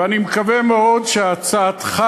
ואני מקווה מאוד שהצעתך,